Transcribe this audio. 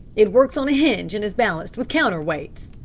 it works on a hinge and is balanced with counter-weights.